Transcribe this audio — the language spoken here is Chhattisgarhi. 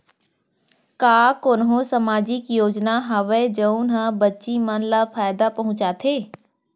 का कोनहो सामाजिक योजना हावय जऊन हा बच्ची मन ला फायेदा पहुचाथे?